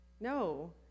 No